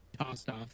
tossed-off